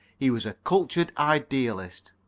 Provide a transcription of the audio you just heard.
he was a cultured idealist.